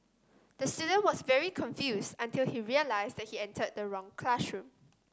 the student was very confuse until he realised he entered the wrong classroom